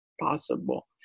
possible